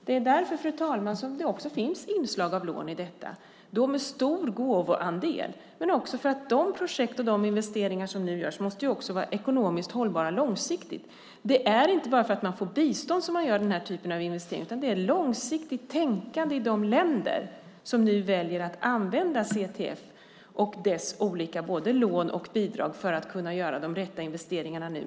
Det är därför, fru talman, som det också finns inslag av lån i detta, med en stor gåvoandel. Det görs för att de projekt och de investeringar som nu görs också måste vara ekonomiskt hållbara långsiktigt. Det är inte bara för att man får bistånd som man gör den här typen av investeringar, utan det är långsiktigt tänkande i de länder som nu väljer att använda CTF och dess olika lån och bidrag för att kunna göra de rätta investeringarna nu.